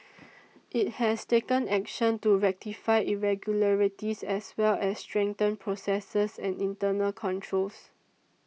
it has taken action to rectify irregularities as well as strengthen processes and internal controls